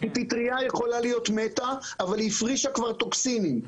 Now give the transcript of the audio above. פטרייה יכולה להיות מתה אבל היא כבר הפרישה טוקסינים.